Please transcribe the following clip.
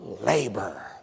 labor